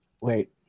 Wait